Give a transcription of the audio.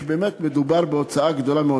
משום שבאמת מדובר בהוצאה גדולה מאוד.